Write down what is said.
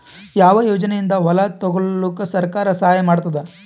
ಯಾವ ಯೋಜನೆಯಿಂದ ಹೊಲ ತೊಗೊಲುಕ ಸರ್ಕಾರ ಸಹಾಯ ಮಾಡತಾದ?